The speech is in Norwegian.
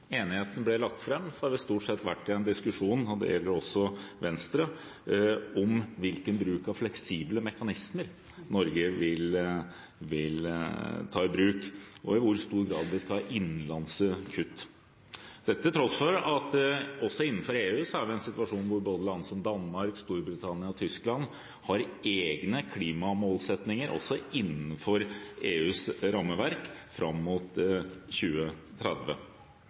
enigheten ble lagt fram, har det stort sett vært en diskusjon, og det gjelder også i Venstre, om hvilke fleksible mekanismer Norge vil ta i bruk, og i hvor stor grad vi skal ha kutt innenlands, dette til tross for at man innenfor EU er i en situasjon hvor land som både Danmark, Storbritannia og Tyskland har egne klimamålsettinger – også innenfor EUs rammeverk – fram mot 2030.